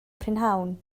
prynhawn